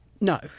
No